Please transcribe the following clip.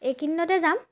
এইকেইদিনতে যাম